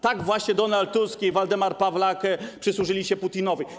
Tak właśnie Donald Tusk i Waldemar Pawlak przysłużyli się Putinowi.